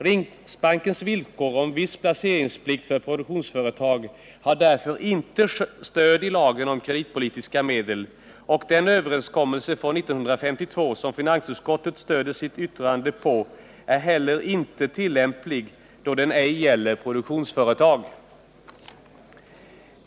Riksbankens villkor om viss placeringsplikt för produktionsföretag har därför inte stöd i lagen om kreditpolitiska medel, och den överenskommelse från 1952 som finansutskottet stöder sitt yttrande på är inte heller tillämplig, då den ej gäller produktionsföretag.